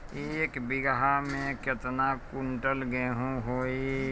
एक बीगहा में केतना कुंटल गेहूं होई?